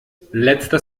letzter